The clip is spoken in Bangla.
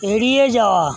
এড়িয়ে যাওয়া